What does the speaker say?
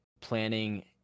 planning